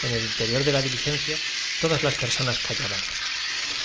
en el interior de la diligencia todas las personas callábamos